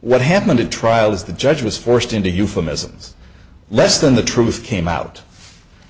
what happened at trial is the judge was forced into euphemisms less than the truth came out